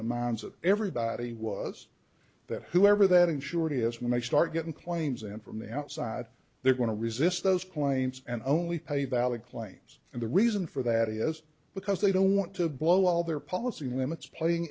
that everybody was that whoever that insured is when they start getting claims and from the outside they're going to resist those claims and only a valid claims and the reason for that is because they don't want to blow all their policy limits playing